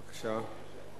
בבקשה.